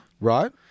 Right